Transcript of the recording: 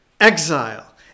exile